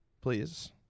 please